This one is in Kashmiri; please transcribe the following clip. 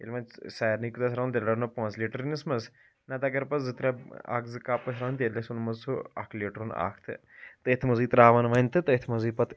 ییٚلہِ وۄنۍ سارنٕے خٲطرٕ آسہِ رَنُن تیٚلہِ رَنَو پانٛژھ لیٖٹرٕنِس منٛز نَہ تہٕ اگر پَتہٕ زٕ ترٛےٚ اَکھ زٕ کپ ٲسۍ رَنٕنۍ تیٚلہِ چھُ اسہِ اوٚنمُت سُہ اَکھ لیٖٹَرُن اَکھ تہٕ تٔتھۍ منٛزٕے ترٛاوان وۄنۍ تہٕ تتھۍ منٛزٕے پَتہٕ